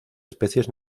especies